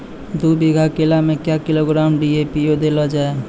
दू बीघा केला मैं क्या किलोग्राम डी.ए.पी देले जाय?